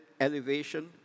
elevation